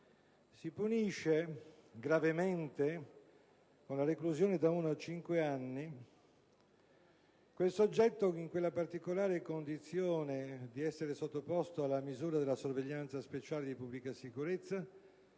si punisce gravemente con la reclusione da uno a cinque anni un soggetto, in quella particolare condizione di essere sottoposto alla misura della sorveglianza speciale di pubblica sicurezza,